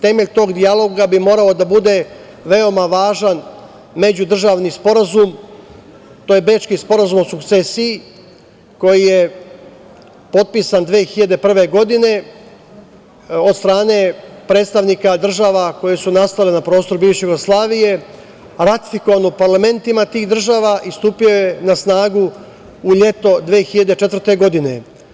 Temelj tog dijaloga bi morao da bude veoma važan međudržavni sporazum, to je Bečki sporazum o sukcesiji, koji je potpisan 2001. godine od strane predstavnika država koje su nastale na prostoru bivše Jugoslavije, a ratifikovan u parlamentima tih država i stupio je na snagu u leto 2004. godine.